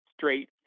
straight